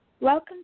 Welcome